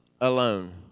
alone